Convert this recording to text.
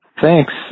Thanks